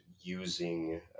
using